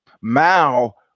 Mao